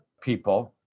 people